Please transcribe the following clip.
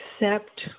accept